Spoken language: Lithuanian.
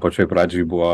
pačioj pradžioj buvo